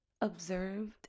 observed